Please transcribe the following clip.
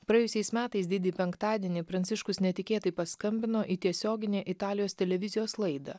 praėjusiais metais didįjį penktadienį pranciškus netikėtai paskambino į tiesioginį italijos televizijos laidą